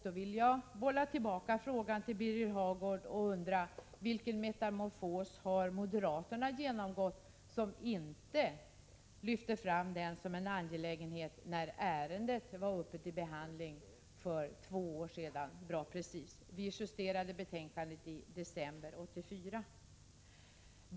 Då vill jag bolla tillbaka frågan till Birger Hagård och undra vilken metamorfos moderaterna har genomgått som inte lyfte fram frågan som en angelägenhet när ärendet var uppe till behandling för precis två år sedan. Vi justerade betänkandet i december 1984.